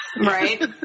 Right